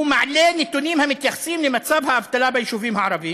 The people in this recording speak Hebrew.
הוא מעלה נתונים המתייחסים למצב האבטלה ביישובים הערביים.